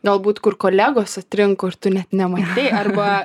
galbūt kur kolegos atrinko ir tu net nematei arba